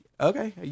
okay